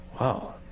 Wow